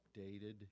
updated